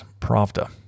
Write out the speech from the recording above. pravda